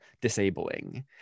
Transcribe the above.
disabling